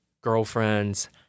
girlfriends